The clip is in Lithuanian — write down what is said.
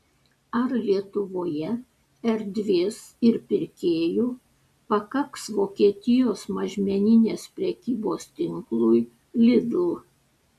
ar lietuvoje erdvės ir pirkėjų pakaks vokietijos mažmeninės prekybos tinklui lidl